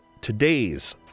today's